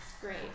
Great